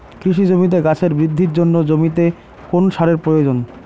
কৃষি জমিতে গাছের বৃদ্ধির জন্য জমিতে কোন সারের প্রয়োজন?